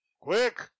quick